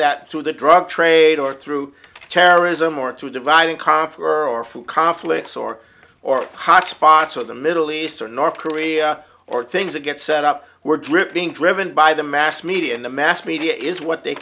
that through the drug trade or through terrorism or to divide and conquer or food conflicts or or hotspots or the middle east or north korea or things that get set up were dripping driven by the mass media and the mass media is what they